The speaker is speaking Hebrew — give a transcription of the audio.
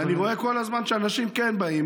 ואני רואה כל הזמן שאנשים כן באים,